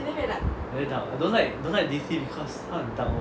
very dark don't like D_C because 他很 dark lor